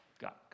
got